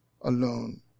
alone